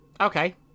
okay